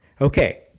Okay